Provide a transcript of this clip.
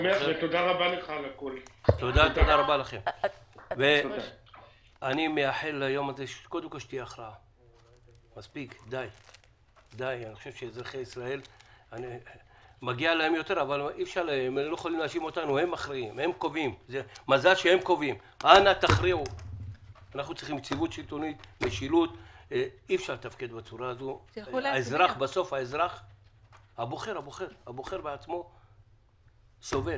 10:15.